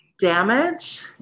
damage